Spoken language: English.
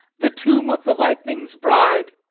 the tomb of the lightning's bride,